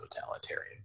totalitarian